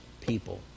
people